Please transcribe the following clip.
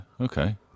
Okay